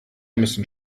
müssen